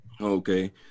Okay